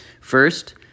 First